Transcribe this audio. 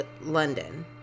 London